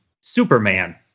Superman